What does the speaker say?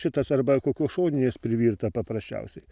šitas arba kokios šoninės privirta paprasčiausiai